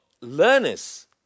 learners